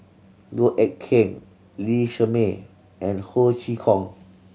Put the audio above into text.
Goh Eck Kheng Lee Shermay and Ho Chee Kong